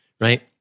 right